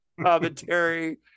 commentary